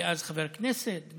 אז חבר כנסת,